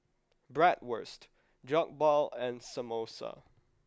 Bratwurst Jokbal and Samosa